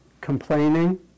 Complaining